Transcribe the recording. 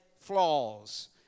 flaws